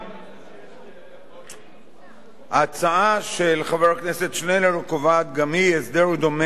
ההצעה של חבר הכנסת שנלר קובעת גם היא הסדר דומה ביחס לרושמי הנישואים.